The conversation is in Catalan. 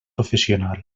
professional